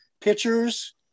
Pitchers